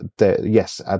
yes